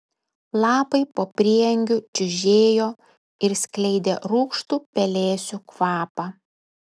lapai po prieangiu čiužėjo ir skleidė rūgštų pelėsių kvapą